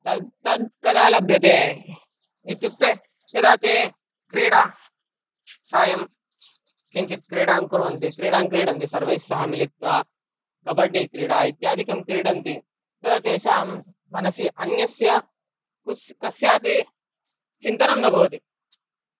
तद् तद् कदा लभ्यते इत्युक्ते यदा ते क्रीडा सायं किञ्चित् क्रीडाङ् कुर्वन्ति क्रीडाङ् क्रीडन्ति सर्वैः सह मिलित्वा कबड्डिक्रीडा इत्यादिकं क्रीडन्ति तदा तेषां मनसि अन्यस्य कुस् कस्यापि चिन्तनं न भवति